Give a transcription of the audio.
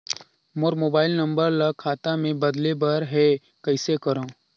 मोर mobile number ल खाता मे बदले बर हे कइसे करव?